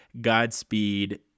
Godspeed